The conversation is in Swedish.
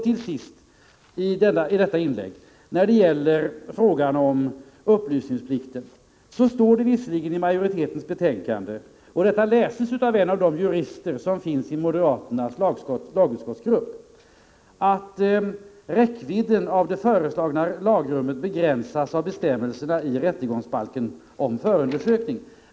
När det till sist gäller frågan om upplysningsplikten står det visserligen i betänkandet — som har lästs av en av de jurister som finns i moderaternas lagutskottsgrupp — att räckvidden av det föreslagna lagrummet begränsas av bestämmelserna i rättegångsbalken om förundersökning.